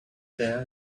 tell